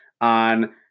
on